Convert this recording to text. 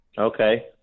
okay